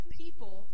people